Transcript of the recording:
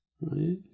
Right